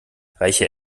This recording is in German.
reiche